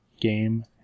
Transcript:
game